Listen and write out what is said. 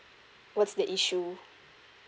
what's the issue